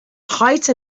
height